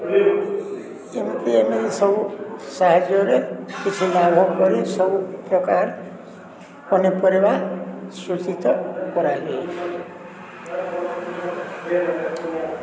ଏମିତି ଏମିତି ସବୁ ସାହାଯ୍ୟରେ କିଛି ଲାଭ କରି ସବୁ ପ୍ରକାର ପନିପରିବା ସୂଚିତ କରାଯାଏ